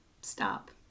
stop